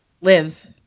Lives